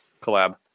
collab